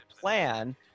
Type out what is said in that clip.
plan